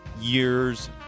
years